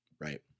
Right